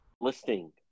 listing